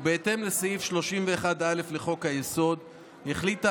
ובהתאם לסעיף 31(א) לחוק-היסוד החליטה